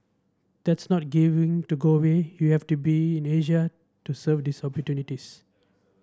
that's not giving to go away you have to be in Asia to serve these opportunities